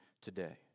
today